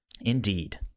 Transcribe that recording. indeed